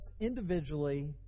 individually